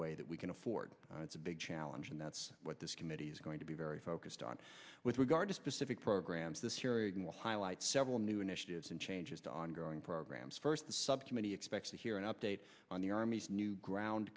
way that we can afford it's a big challenge and that's what this committee is going to be very focused on with regard to specific programs this hearing will highlight several new initiatives in changes to ongoing programs first the subcommittee expects to hear an update on the army's new ground